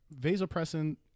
vasopressin